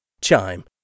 Chime